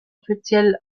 offiziell